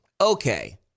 Okay